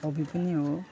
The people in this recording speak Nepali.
हबी पनि हो